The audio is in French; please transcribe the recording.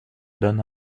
donne